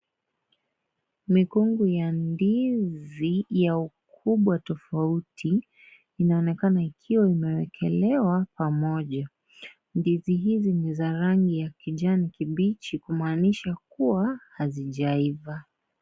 Mikungu ya ndizi ya ukubwa tofauti inaonekana ikiwa imewekelewa pamoja ndizi hizi ni za rangi ya kijani kibichi kumaanisha kuwa hazijaiva.